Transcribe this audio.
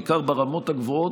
בעיקר ברמות הגבוהות,